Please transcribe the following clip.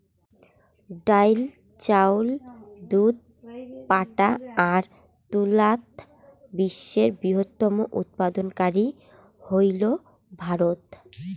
ডাইল, চাউল, দুধ, পাটা আর তুলাত বিশ্বের বৃহত্তম উৎপাদনকারী হইল ভারত